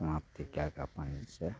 समाप्ति कए कऽ अपन जे छै